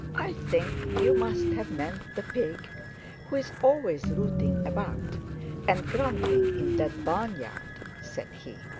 i think you must have meant the pig who is always rooting about and grunting in that barnyard, said he.